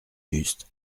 juste